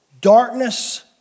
Darkness